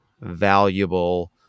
valuable